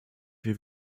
wie